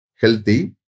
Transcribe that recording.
healthy